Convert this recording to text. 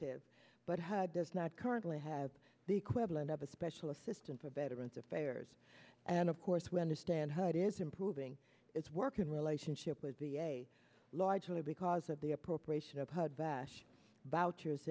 but does not currently have the equivalent of a special assistant for veterans affairs and of course we understand her it is improving its working relationship with the a largely because of the appropriation of hud bash boucher